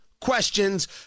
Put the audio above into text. questions